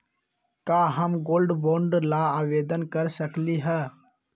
का हम gold bond ला आवेदन कर सकली ह?